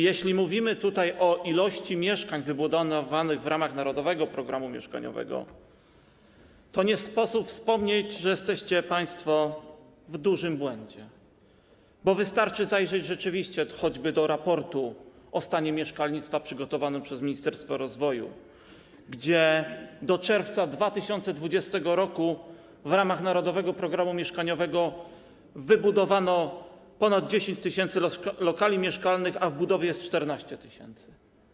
Jeśli mówimy tutaj o ilości mieszkań wybudowanych w ramach Narodowego Programu Mieszkaniowego, to nie sposób nie wspomnieć, że jesteście państwo w dużym błędzie, bo wystarczy zajrzeć rzeczywiście choćby do raportu o stanie mieszkalnictwa przygotowanego przez Ministerstwo Rozwoju, gdzie do czerwca 2020 r. w ramach Narodowego Programu Mieszkaniowego wybudowano ponad 10 tys. lokali mieszkalnych, a w budowie jest 14 tys.